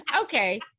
Okay